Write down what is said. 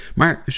Maar